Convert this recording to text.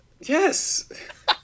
Yes